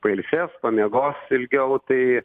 pailsės pamiegos ilgiau tai